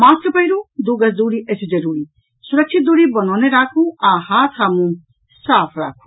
mask पहिरू दू गज दूरी अछि जरूरी सुरक्षित दूरी बनौने राखू आओर हाथ आ मुंह साफ राखू